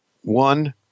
One